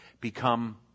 become